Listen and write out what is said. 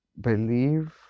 believe